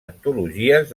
antologies